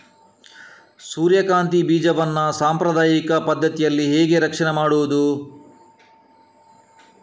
ಸೂರ್ಯಕಾಂತಿ ಬೀಜವನ್ನ ಸಾಂಪ್ರದಾಯಿಕ ಪದ್ಧತಿಯಲ್ಲಿ ಹೇಗೆ ರಕ್ಷಣೆ ಮಾಡುವುದು